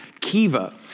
Kiva